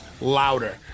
louder